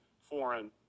foreign